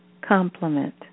complement